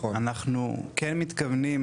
אנחנו כן מתכוונים,